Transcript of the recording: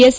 S